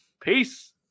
peace